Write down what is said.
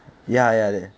ya ya that